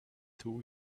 two